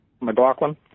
McLaughlin